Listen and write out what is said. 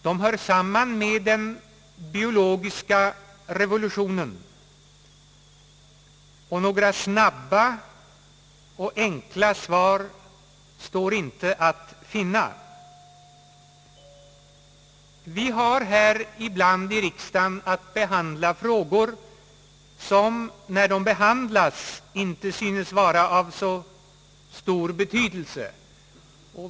De hör samman med den biologiska revolutionen, och några snabba och enkla svar står inte att finna. Vi har ibland här i riksdagen att behandla frågor som när de behandlas icke synes vara av så stor betydelse.